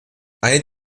eine